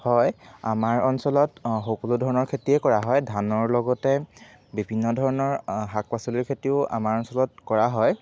হয় আমাৰ অঞ্চলত সকলো ধৰণৰ খেতিয়েই কৰা হয় ধানৰ লগতে বিভিন্ন ধৰণৰ শাক পাচলিৰ খেতিও আমাৰ অঞ্চলত কৰা হয়